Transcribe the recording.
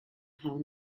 how